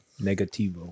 Negativo